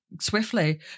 swiftly